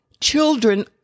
Children